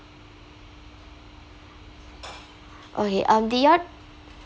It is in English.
okay um did you all